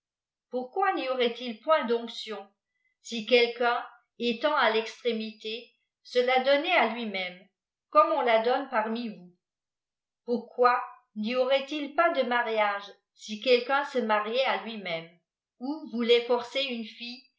pourquoi n'y aurait-il point d'onction si quelqu'un étant à l'extrémité se la donnait à luimêmej comme on la donne parmi vous pourquoi n'y aurait-il pas de mariage si uelqu'un se mariait à lui-même ou voulait forcer une fille